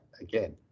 again